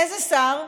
איזה שר?